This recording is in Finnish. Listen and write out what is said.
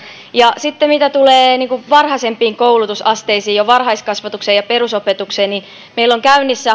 mitä tulee varhaisempiin koulutusasteisiin varhaiskasvatukseen ja perusopetukseen niin meillä on käynnissä